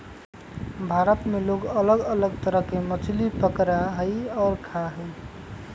भारत में लोग अलग अलग तरह के मछली पकडड़ा हई और खा हई